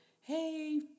hey